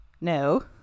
No